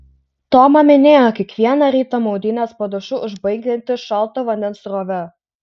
toma minėjo kiekvieną rytą maudynes po dušu užbaigianti šalto vandens srove